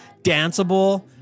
danceable